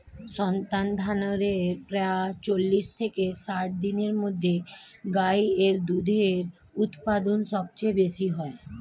সন্তানধারণের প্রায় চল্লিশ থেকে ষাট দিনের মধ্যে গাই এর দুধের উৎপাদন সবচেয়ে বেশী হয়